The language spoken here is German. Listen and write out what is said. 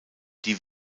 die